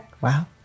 Wow